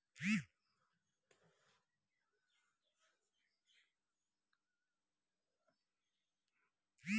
बिना के.वाई.सी केर खाता नहि खुजत, पहिने के.वाई.सी करवा लिअ